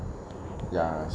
ya